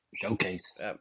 showcase